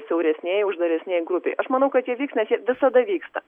siauresnėj uždaresnėj grupėj aš manau kad jie vyks nes jie visada vyksta